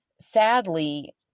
Sadly